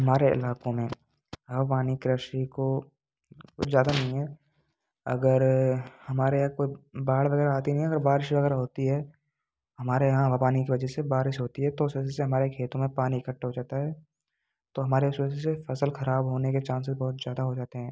हमारे इलाकों में हाववानी कृषि को ज़्यादा नहीं है अगर हमारे यहाँ को बाढ़ वगैरह आती नहीं है तो मगर बारिश वगैरह होती है हमारे यहाँ भवानी के वजह से बारिश होती है तो उस वजह से हमारा खेतों में पानी इकट्ठा हो जाता है तो हमारे उस वजह से फसल खराब होने के चांसेस बहुत ज़्यादा हो जाते हैं